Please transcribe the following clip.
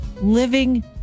living